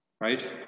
right